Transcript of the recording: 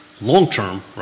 long-term